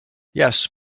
yes